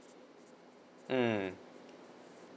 mm